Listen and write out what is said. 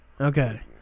Okay